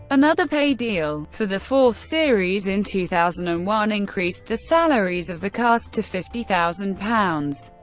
another pay deal for the fourth series in two thousand and one increased the salaries of the cast to fifty thousand pounds.